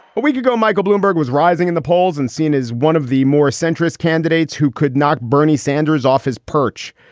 we could go. michael bloomberg was rising in the polls and seen as one of the more centrist candidates who could knock bernie sanders off his perch.